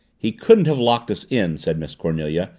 he couldn't have locked us in, said miss cornelia.